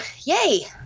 yay